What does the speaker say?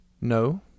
No